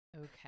Okay